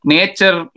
Nature